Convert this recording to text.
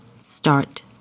start